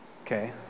Okay